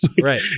Right